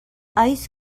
ice